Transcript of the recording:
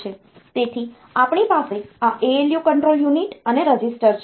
તેથી આપણી પાસે આ ALU કંટ્રોલ યુનિટ અને રજિસ્ટર છે